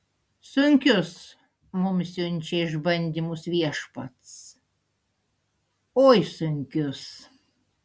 sunkius mums siunčia išbandymus viešpats oi sunkius